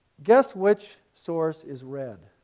guess which source is red?